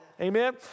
Amen